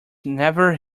never